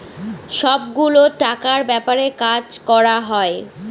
সব গুলো টাকার ব্যাপারে কাজ করা হয়